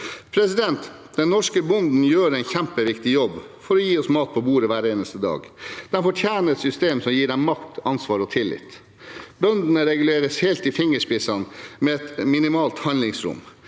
tenkning. Den norske bonden gjør en kjempeviktig jobb for å gi oss mat på bordet hver eneste dag. De fortjener et system som gir dem makt, ansvar og tillit. Bøndene reguleres helt til fingerspissene, med et minimalt handlingsrom.